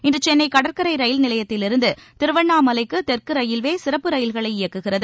இன்று சென்னை கடற்கரை ரயில் நிலையத்திலிருந்து திருவண்ணாமலைக்கு தெற்கு ரயில்வே சிறப்பு ரயில்களை இயக்குகிறது